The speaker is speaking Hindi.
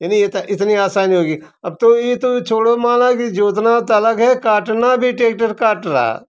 यानी इतनी आसानी हो गई अब तो ये तो छोड़ो माना कि जोतना तो अलग है काटना भी ट्रैक्टर काट रहा